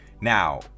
now